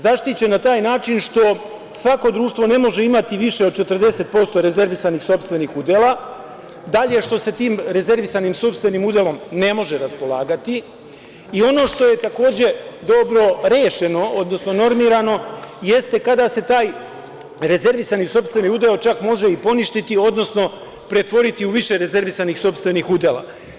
Zaštićen na taj način što svako društvo ne može imati više od 40% rezervisanih sopstvenih udela, dalje, što se tim rezervisanim sopstvenim udelom ne može raspolagati i ono što je takođe dobro rešeno, odnosno normirano jeste kada se taj rezervisani sopstveni udeo čak može i poništiti, odnosno pretvoriti u više rezervisanih sopstvenih udela.